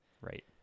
right